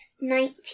nineteen